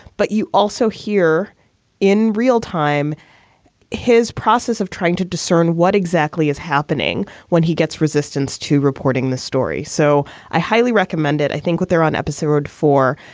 but you also hear in real time his process of trying to discern what exactly is happening when he gets resistance to reporting the story. so i highly recommend it. i think we're there on episode four.